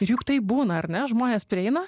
juk taip būna ar ne žmonės prieina